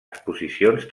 exposicions